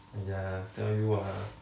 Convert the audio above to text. !aiya! tell you what ah